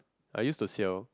I used to sail